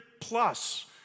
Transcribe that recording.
plus